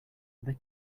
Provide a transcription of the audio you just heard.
they